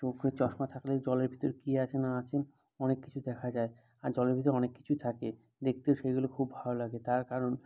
চোখে চশমা থাকলে জলের ভিতরে কী আছে না আছে অনেক কিছু দেখা যায় আর জলের ভিতর অনেক কিছুই থাকে দেখতেও সেগুলো খুব ভালো লাগে তার কারণ